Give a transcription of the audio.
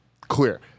clear